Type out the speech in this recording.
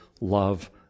love